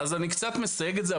אני קצת מסייג את זה.